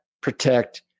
protect